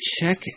Check